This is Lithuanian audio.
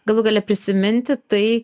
galų gale prisiminti tai